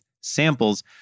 samples